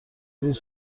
روز